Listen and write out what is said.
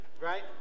Right